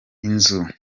inzu